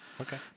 Okay